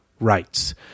rights